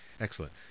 Excellent